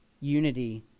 unity